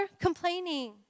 complaining